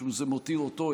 משום שזה מותיר אותו,